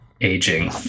aging